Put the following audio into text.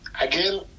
again